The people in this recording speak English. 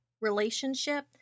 relationship